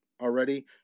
already